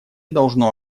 должно